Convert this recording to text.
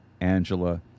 Angela